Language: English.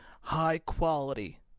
high-quality